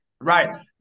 right